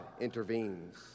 intervenes